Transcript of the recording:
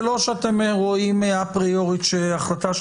זה לא שאתם רואים אפריורית שהחלטה של